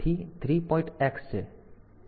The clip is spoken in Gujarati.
X છે તેથી આ પિન છે